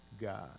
God